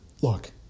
Look